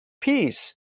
peace